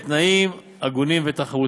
בתנאים הגונים ותחרותיים.